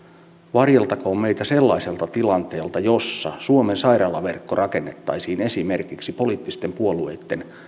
varjeltakoon meitä sellaiselta tilanteelta jossa suomen sairaalaverkko rakennettaisiin esimerkiksi poliittisten puolueitten